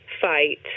fight